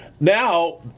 Now